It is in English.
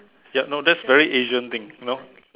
yup no that's very Asian thing you know